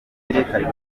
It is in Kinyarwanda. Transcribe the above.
guteza